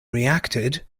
reacted